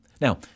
Now